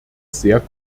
sehr